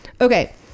Okay